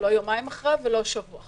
לא יומיים אחרי ולא שבוע אחרי.